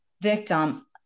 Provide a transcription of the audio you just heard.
victim